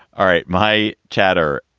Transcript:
all right. my chatter.